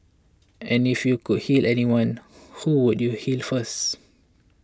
and if you could heal anyone who would you heal first